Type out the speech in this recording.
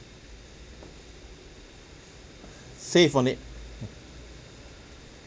save on it mm